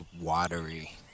watery